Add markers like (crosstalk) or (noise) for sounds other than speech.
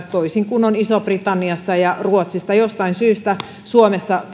(unintelligible) toisin kuin on isossa britanniassa ja ruotsissa jostain syystä suomessa